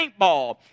paintball